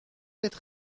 être